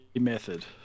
method